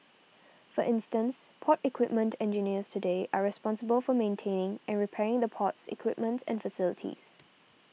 for instance port equipment engineers today are responsible for maintaining and repairing the port's equipment and facilities